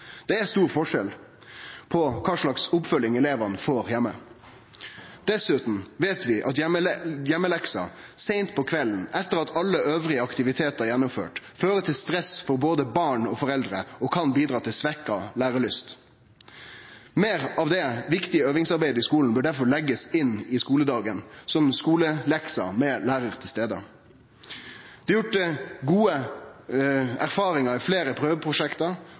Det er stor forskjell på kva slags oppfølging elevane får heime. Dessutan veit vi at heimelekse seint på kvelden etter at alle dei andre aktivitetane er gjennomførte, fører til stress for både barn og foreldre, og kan bidra til svekt lærelyst. Meir av det viktige øvingsarbeidet i skolen bør difor leggjast inn i skoledagen som skolelekser med lærar til stades. Det er gjort gode erfaringar i fleire prøveprosjekt,